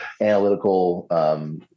analytical